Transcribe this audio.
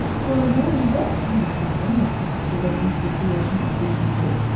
for a more in-depth understanding of topics relating to the creation evolution debate,